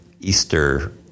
Easter